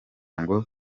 ngo